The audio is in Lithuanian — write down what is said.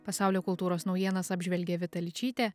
pasaulio kultūros naujienas apžvelgė vita ličytė